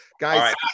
Guys